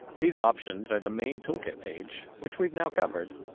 these options are the main toolkit page, which we've now covered,